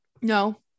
No